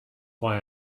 why